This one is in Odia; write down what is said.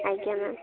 ଆଜ୍ଞା ମ୍ୟାମ୍